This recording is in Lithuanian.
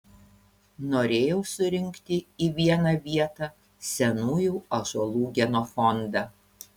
norėjau surinkti į vieną vietą senųjų ąžuolų genofondą